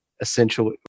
essentially